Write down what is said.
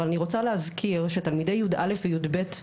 אבל אני רוצה להזכיר שתלמידי י"א וי"ב,